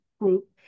group